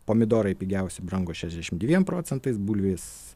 pomidorai pigiausi brango šešiasdešim dviem procentais bulvės